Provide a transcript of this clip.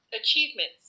achievements